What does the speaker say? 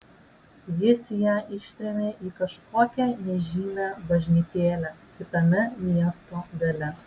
jis ją ištrėmė į kažkokią nežymią bažnytėlę kitame miesto gale